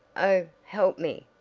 oh, help me!